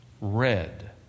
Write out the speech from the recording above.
red